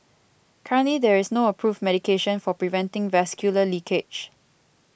currently there is no approved medication for preventing vascular leakage